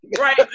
right